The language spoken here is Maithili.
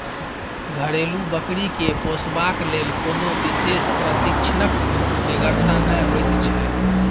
घरेलू बकरी के पोसबाक लेल कोनो विशेष प्रशिक्षणक बेगरता नै होइत छै